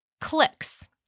clicks